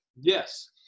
Yes